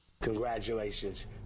Congratulations